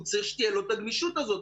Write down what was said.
הוא צריך שתהיה לו את הגמישות הזאת,